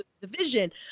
division